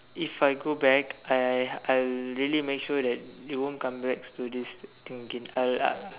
if I go back I I I really make sure it don't come back to this thing again I I